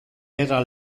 era